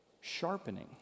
Sharpening